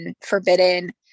forbidden